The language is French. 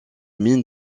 mines